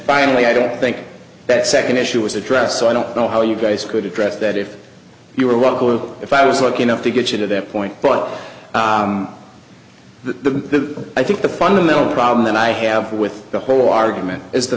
finally i don't think that second issue was addressed so i don't know how you guys could address that if you were local if i was lucky enough to get you to that point but the i think the fundamental problem that i have with the whole argument is the